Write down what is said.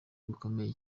bikomeye